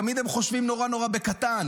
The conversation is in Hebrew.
תמיד הם חושבים נורא נורא בקטן.